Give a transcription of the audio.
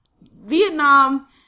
Vietnam